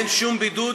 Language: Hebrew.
אין שום בידוד.